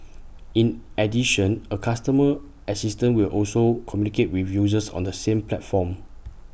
in addition A customer assistant will also communicate with users on the same platforms